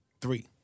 Three